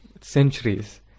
centuries